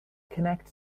connect